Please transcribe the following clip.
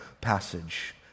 passage